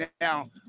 Now